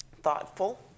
thoughtful